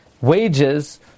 wages